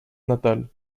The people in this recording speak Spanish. natal